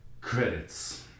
Credits